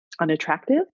unattractive